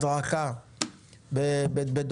הדרכה וכולי.